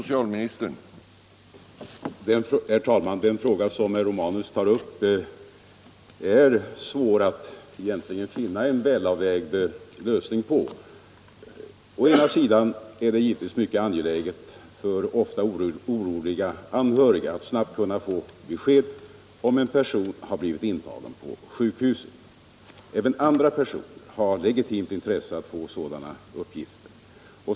Herr talman! Den fråga som herr Romanus tar upp är svår att finna en välavvägd lösning på. Å cna sidan är det givetvis mycket angeläget för ofta oroliga anhöriga att snabbt kunna få besked, om en person har blivit intagen på sjukhuset. Även andra personer har legitimt intresse av att få sådana uppgifter.